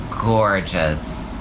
gorgeous